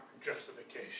justification